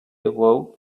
awoke